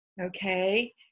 Okay